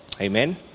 Amen